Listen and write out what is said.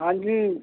ਹਾਂਜੀ